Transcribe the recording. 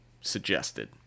suggested